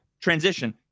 transition